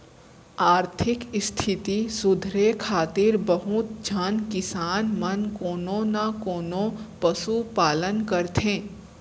आरथिक इस्थिति सुधारे खातिर बहुत झन किसान मन कोनो न कोनों पसु पालन करथे